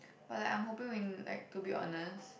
but like I'm hoping when like to be honest